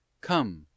Come